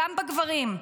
גם בגברים.